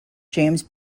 james